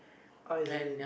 I see